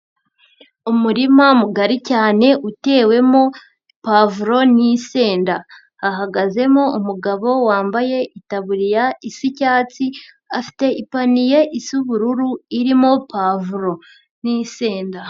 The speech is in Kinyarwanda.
Umurima mugari cyane utewemo pavuro n'insenda, hahagazemo umugabo wambaye itaburiya isa icyatsi, afite ipaniye y'ubururu irimo pavuro n'insenda.